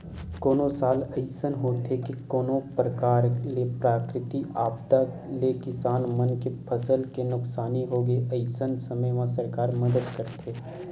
कोनो साल अइसन होथे के कोनो परकार ले प्राकृतिक आपदा ले किसान मन के फसल के नुकसानी होगे अइसन समे म सरकार मदद करथे